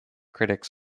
critics